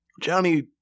Johnny